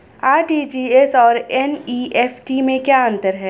RTGS और NEFT में क्या अंतर है?